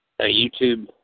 YouTube